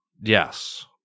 Yes